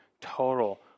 total